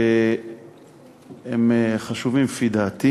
שהם חשובים לפי דעתי.